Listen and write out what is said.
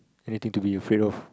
everything to be afraid of